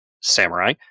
samurai